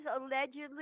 allegedly